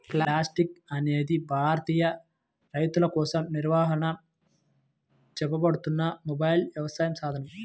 Plantix అనేది భారతీయ రైతులకోసం నిర్వహించబడుతున్న మొబైల్ వ్యవసాయ సాధనం